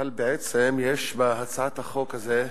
אבל בעצם יש בהצעת החוק הזאת